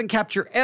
capture